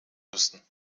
müssen